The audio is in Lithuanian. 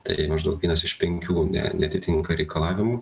tai maždaug vienas iš penkių ne neatitinka reikalavimų